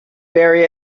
bury